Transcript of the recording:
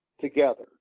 together